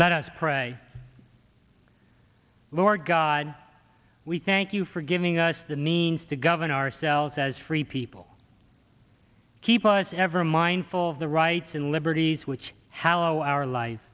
let us pray lord god we thank you for giving us the means to govern ourselves as free people keep us ever mindful of the rights and liberties which how our li